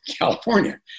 California